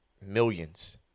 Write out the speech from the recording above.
millions